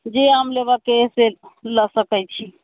जे आम लेबऽके अइ से लऽ सकैत छी